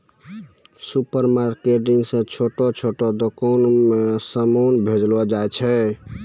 supermarket से छोटो छोटो दुकान मे समान भेजलो जाय छै